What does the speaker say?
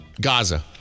Gaza